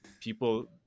people